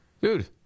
Dude